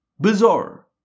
bizarre